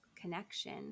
connection